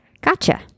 Gotcha